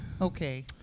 Okay